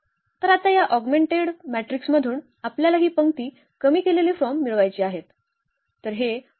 तर आता या ऑगमेंटेड मॅट्रिक्समधून आपल्याला ही पंक्ती कमी केलेले फॉर्म मिळवायचे आहेत